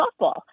softball